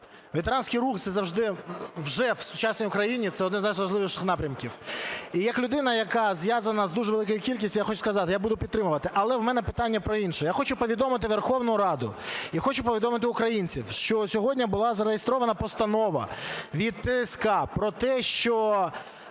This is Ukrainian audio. ветеранський рух – це завжди вже в сучасній Україні, це один з найважливіших напрямків. І як людина, яка зв'язана з дуже великою кількістю, я хочу сказати, я буду підтримувати. Але в мене питання про інше. Я хочу повідомити Верховну Раду і хочу повідомити українців, що сьогодні була зареєстрована постанова від ТСК про те, що